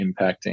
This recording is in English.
impacting